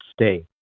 stay